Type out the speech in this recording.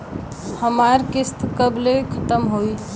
हमार किस्त कब ले खतम होई?